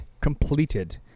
completed